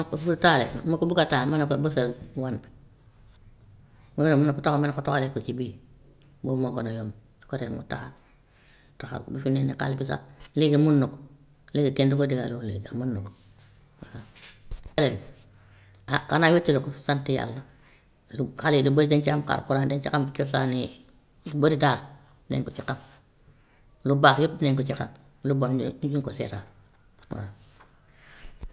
Ma ko su taalee da ma ko bugg a taal ma ne ko bësal one bi mu ne un ma ne ko toxal ma ne ko toxalee ko ci bii boobu moom moo gën a yomb, su ko defee mu taal, toxal, ba fi mu ne nii xale bi sax léegi mun na ko, léegi kenn du ko digal loolu le mën na ko waa tele bi ah xanaay wéttaliku sant yàlla lu xale yi lu bari dañ si am xarxuraan dañ si xam cosaani yu bari daal nañ ko si xam, lu baax yëpp nañ ko si xam, lu bon ñu du ñu ko seetaan waa.